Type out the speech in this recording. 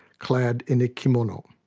clad in a kimono.